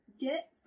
get